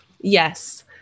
Yes